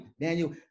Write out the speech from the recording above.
Daniel